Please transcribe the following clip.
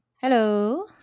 Hello